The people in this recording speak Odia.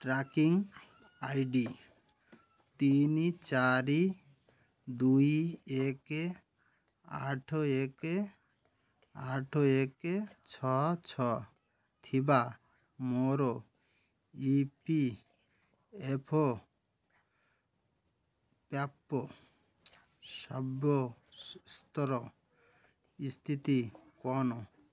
ଟ୍ରାକିଂ ଆଇ ଡ଼ି ତିନି ଚାରି ଦୁଇ ଏକ ଆଠ ଏକ ଆଠ ଏକ ଛଅ ଛଅ ଥିବା ମୋର ଇ ପି ଏଫ୍ ଓ ପ୍ରାପ୍ୟ ସାବ୍ୟସ୍ତର ଇ ସ୍ଥିତି କ'ଣ